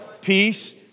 peace